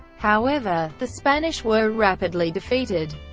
however, the spanish were rapidly defeated,